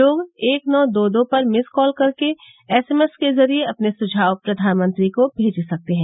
लोग एक नौ दो दो पर मिस कॉल कर एसएमएस के जरिए अपने सुझाव प्रधानमंत्री को भेज सकते हैं